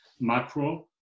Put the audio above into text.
macro